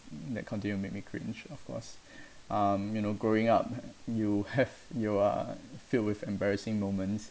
that continues t make me cringe of course um you know growing up you have you are filled with embarrassing moments